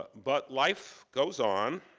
but life goes on,